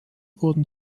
wurden